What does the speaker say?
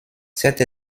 cette